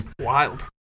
wild